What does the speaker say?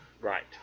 Right